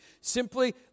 Simply